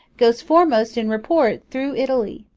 goes foremost in report through italy.